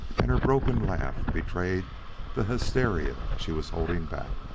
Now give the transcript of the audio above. and her broken laugh betrayed the hysteria she was holding back.